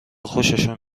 خوششون